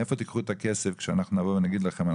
מאיפה תיקחו את הכסף כשאנחנו נבוא ונגיד לכם,